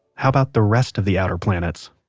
how about the rest of the outer planets?